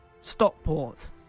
Stockport